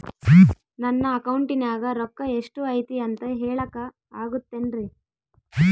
ನನ್ನ ಅಕೌಂಟಿನ್ಯಾಗ ರೊಕ್ಕ ಎಷ್ಟು ಐತಿ ಅಂತ ಹೇಳಕ ಆಗುತ್ತೆನ್ರಿ?